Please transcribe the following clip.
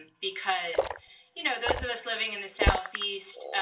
because you know those of us living in the southeast,